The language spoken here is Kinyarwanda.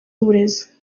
w’uburezi